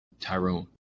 Tyrone